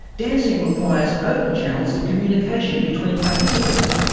dancing requires open channels of communication between participants.